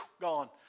gone